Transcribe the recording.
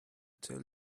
tell